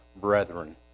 brethren